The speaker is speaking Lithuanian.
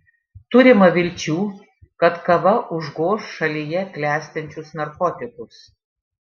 turima vilčių kad kava užgoš šalyje klestinčius narkotikus